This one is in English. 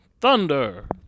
Thunder